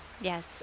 yes